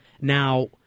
Now